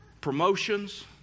Promotions